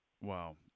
Wow